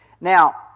Now